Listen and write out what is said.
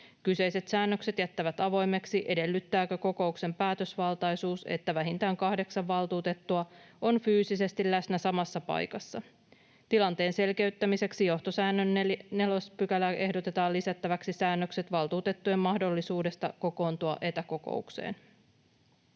Kyseiset säännökset jättävät avoimeksi, edellyttääkö kokouksen päätösvaltaisuus, että vähintään kahdeksan valtuutettua on fyysisesti läsnä samassa paikassa. Tilanteen selkeyttämiseksi johtosäännön 4 §:ään ehdotetaan lisättäväksi säännökset valtuutettujen mahdollisuudesta kokoontua etäkokoukseen.